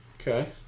Okay